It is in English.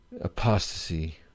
apostasy